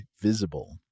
Visible